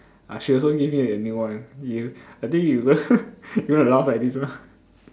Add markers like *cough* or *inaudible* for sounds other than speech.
uh she also give me a new one you I think you you *laughs* gonna laugh like this one